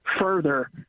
further